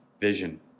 vision